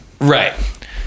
right